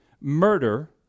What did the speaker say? murder